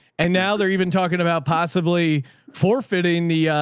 and now they're even talking about possibly forfeiting, the,